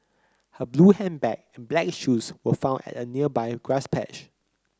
her blue handbag and black shoes were found at a nearby grass patch